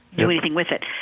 do anything with it.